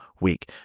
week